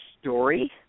story